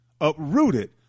uprooted